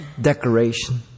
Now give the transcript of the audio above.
Decoration